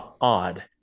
odd